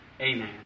Amen